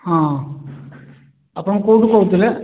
ହଁ ଆପଣ କେଉଁଠୁ କହୁଥିଲେ